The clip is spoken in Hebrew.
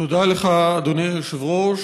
תודה לך, אדוני היושב-ראש.